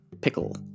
Pickle